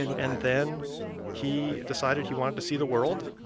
and then he decided he wanted to see the world.